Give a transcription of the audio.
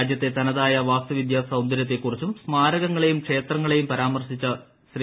രാജ്യത്തെ തനതായ വാസ്തുവിദ്യാ സൌന്ദര്യത്തെക്കുറിച്ചും സ്മാരകങ്ങളെയും ക്ഷേത്രങ്ങളെയും പരാമർശിച്ച ശ്രീ